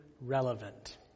relevant